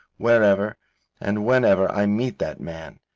wherever and whenever i meet that man,